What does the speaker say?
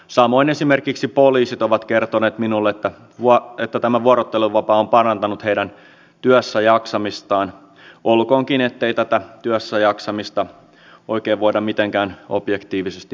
samoin esimerkiksi poliisit ovat kertoneet minulle että tämä vuorotteluvapaa on parantanut heidän työssäjaksamistaan olkoonkin ettei tätä työssäjaksamista oikein voida mitenkään objektiivisesti mitata